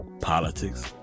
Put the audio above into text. politics